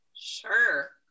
Sure